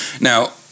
Now